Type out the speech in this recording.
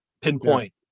pinpoint